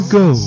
go